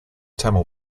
tamil